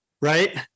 right